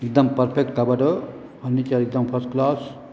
हिकदमि perfect cupboard furniture हिकदमि first class